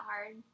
hard